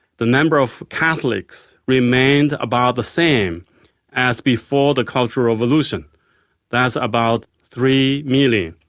the number of catholics remained about the same as before the cultural revolution that's about three million.